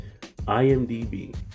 IMDB